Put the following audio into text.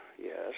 Yes